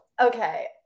okay